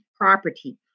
property